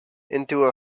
into